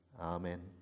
Amen